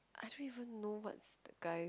I don't even know what's the guy's